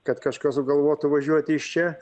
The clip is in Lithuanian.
kad kažkas sugalvotų važiuoti iš čia